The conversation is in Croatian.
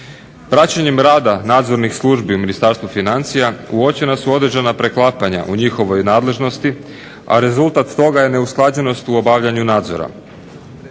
Praćenjem rada nadzornih službi u Ministarstvu financija uočena su određena preklapanja u njihovoj nadležnosti, a rezultat toga je neusklađenost u obavljanju nadzora.